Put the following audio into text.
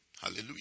Hallelujah